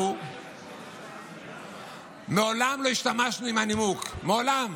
אנחנו מעולם לא השתמשנו בנימוק, מעולם